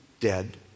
dead